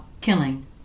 killing